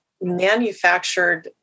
manufactured